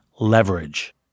leverage